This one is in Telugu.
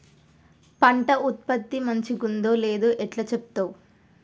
పంట ఉత్పత్తి మంచిగుందో లేదో ఎట్లా చెప్తవ్?